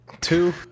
Two